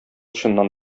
чыннан